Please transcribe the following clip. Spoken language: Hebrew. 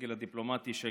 הסגל הדיפלומטי, שגרירים,